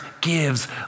gives